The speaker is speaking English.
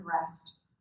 rest